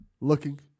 looking